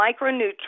micronutrients